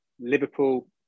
Liverpool